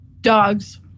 Dogs